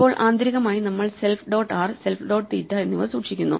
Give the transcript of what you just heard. ഇപ്പോൾ ആന്തരികമായി നമ്മൾ self dot R self dot theta എന്നിവ സൂക്ഷിക്കുന്നു